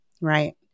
Right